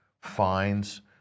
fines